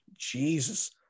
Jesus